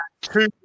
two